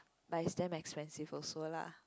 but it's damn expensive also lah